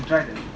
track